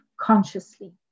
consciously